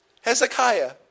Hezekiah